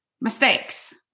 mistakes